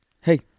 Hey